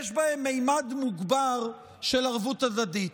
יש בהם ממד מוגבר של ערבות הדדית.